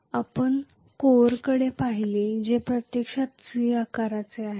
आपण कोरकडे पाहिले होते जे प्रत्यक्षात C आकाराचे आहे